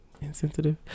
insensitive